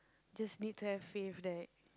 just need to have faith that